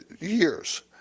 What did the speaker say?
years